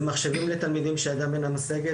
זה מחשבים לתלמידים שידם אינה משגת,